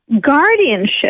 Guardianship